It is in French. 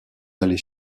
aller